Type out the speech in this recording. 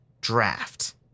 draft